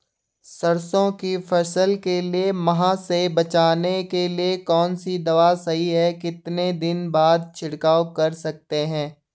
सरसों की फसल के लिए माह से बचने के लिए कौन सी दवा सही है कितने दिन बाद छिड़काव कर सकते हैं?